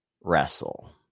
wrestle